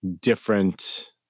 different